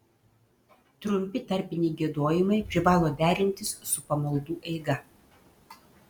trumpi tarpiniai giedojimai privalo derintis su pamaldų eiga